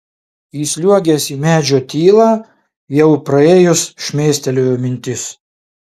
įsliuogęs į medžio tylą jau praėjus šmėstelėjo mintis